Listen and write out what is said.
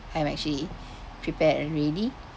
I'm actually prepared and ready